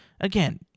again